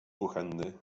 kuchenny